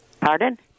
pardon